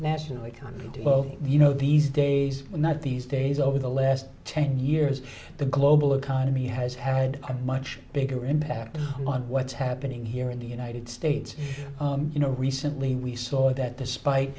national economy you know these days not these days over the last ten years the global economy has had a much bigger impact on what's happening here in the united states you know recently we saw that despite